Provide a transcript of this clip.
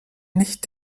nicht